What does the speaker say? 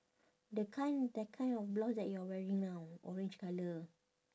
the kind that kind of blouse that you're wearing now orange colour